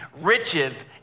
riches